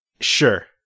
sure